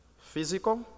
physical